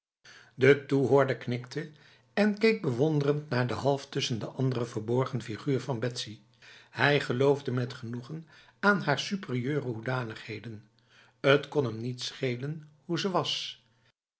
de toehoorder knikte en keek bewonderend naar de half tussen de anderen verborgen figuur van betsy hij geloofde met genoegen aan haar superieure hoedanigheden t kon hem niets schelen hoe ze was